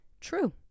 true